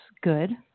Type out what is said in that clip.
good